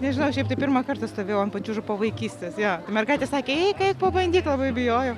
nežinau šiaip tai pirmą kartą stovėjau ant pačiūžų po vaikystės jo tai mergaitės sakė eik eik pabandyk labai bijojau